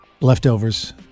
Leftovers